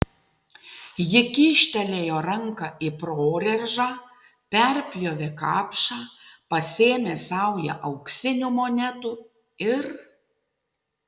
ji kyštelėjo ranką į prorėžą perpjovė kapšą pasėmė saują auksinių monetų ir